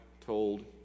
told